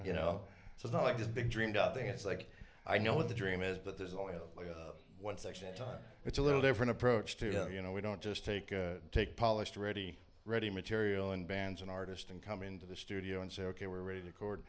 you know it's not like a big dreamed up thing it's like i know what the dream is but there's only one section in time it's a little different approach to you know we don't just take a take polished ready ready material and bands an artist and come into the studio and say ok we're ready to c